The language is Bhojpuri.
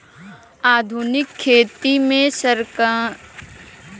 आधुनिक खेती में संकर बीज क उतपादन प्रबल बा